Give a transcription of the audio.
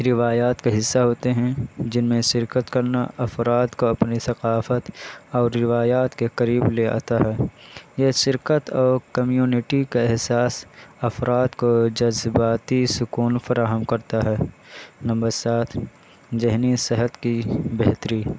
روایات کا حصہ ہوتے ہیں جن میں شرکت کرنا افراد کو اپنی ثقافت اور روایات کے قریب لے آتا ہے یہ شرکت اور کمیونٹی کا احساس افراد کو جذباتی سکون فراہم کرتا ہے نمبر سات ذہنی صحت کی بہتری